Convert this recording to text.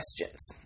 questions